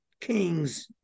King's